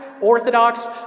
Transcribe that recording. Orthodox